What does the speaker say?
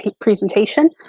presentation